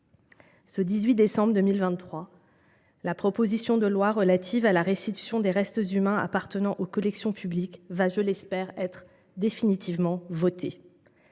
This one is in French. Ce 18 décembre 2023, la proposition de loi relative à la restitution des restes humains appartenant aux collections publiques va, je l’espère, être définitivement votée.